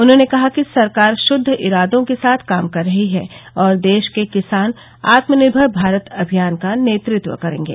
उन्होंने कहा कि सरकार शुद्द इरादों के साथ काम कर रही है और देश के किसान आत्मनिर्भर भारत अभियान का नेतत्व करेंगे